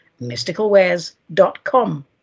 Mysticalwares.com